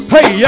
Hey